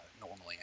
normally